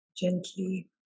gently